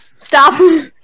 Stop